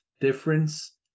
difference